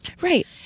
right